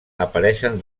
apareixen